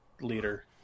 Leader